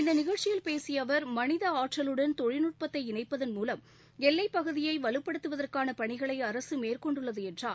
இந்த நிகழ்ச்சியில் பேசிய அவா் மனித ஆற்றலுடன் தொழில்நுட்பத்தை இணைப்பதள் மூலம் எல்லைப்பகுதியை வலுப்படுத்துவதற்கான பணிகளை அரசு மேற்கொண்டுள்ளது என்றார்